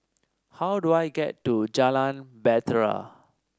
how do I get to Jalan Bahtera